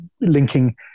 linking